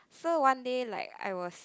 so one day like I was